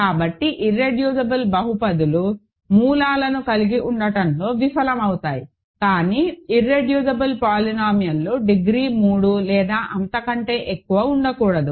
కాబట్టి ఇర్రెడ్యూసిబుల్ బహుపదిలు మూలాలను కలిగి ఉండటంలో విఫలమవుతాయి కానీ ఇర్రెడ్యూసిబుల్ పోలినామియల్లు డిగ్రీ 3 లేదా అంతకంటే ఎక్కువ ఉండకూడదు